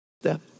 step